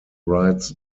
writes